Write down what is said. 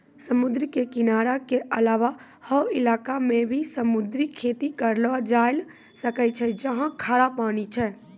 समुद्र के किनारा के अलावा हौ इलाक मॅ भी समुद्री खेती करलो जाय ल सकै छै जहाँ खारा पानी छै